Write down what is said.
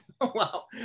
Wow